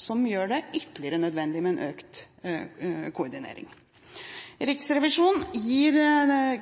som gjør det ytterligere nødvendig med en økt koordinering. Riksrevisjonen gir